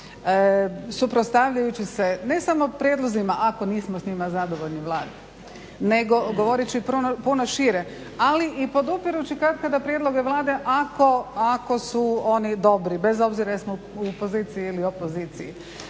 suprotstavljajući se ne samo prijedlozima ako nismo s njima zadovoljni Vlade, nego govoreći i puno šire. Ali i podupirući katkada prijedloge Vlade ako su oni dobri, bez obzira jesmo u poziciji ili opoziciji.